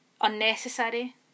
Unnecessary